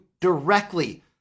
directly